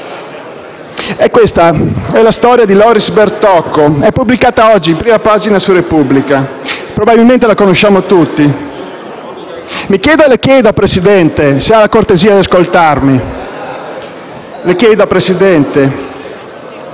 Questa è la storia di Loris Bertocco, pubblicata oggi in prima pagina su «la Repubblica» e probabilmente la conosciamo tutti. Mi chiedo e le chiedo, signora Presidente, se ha la cortesia di ascoltarmi, se può considerarsi